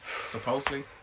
Supposedly